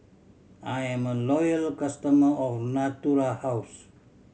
I'm a loyal customer of Natura House